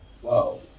whoa